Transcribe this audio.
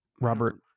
Robert